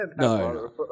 No